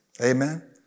Amen